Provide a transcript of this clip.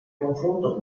confronto